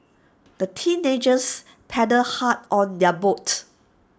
the teenagers paddled hard on their boat